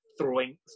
throwing